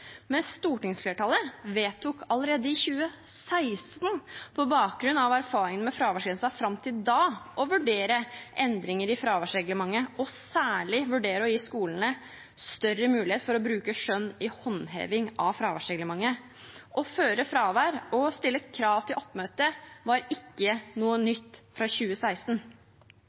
stortingsflertallet vedtok allerede i 2016, på bakgrunn av erfaringene med fraværsgrensen fram til da, å vurdere endringer i fraværsreglementet, særlig vurdere å gi skolene større mulighet til å bruke skjønn i håndhevingen av fraværsreglementet. Å føre fravær og stille krav til oppmøte var ikke noe nytt i 2016.